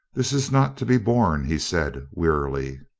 this is not to be borne, he said wearily.